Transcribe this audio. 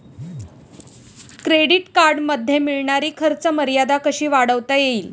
Credit कार्डमध्ये मिळणारी खर्च मर्यादा कशी वाढवता येईल?